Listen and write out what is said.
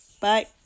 Bye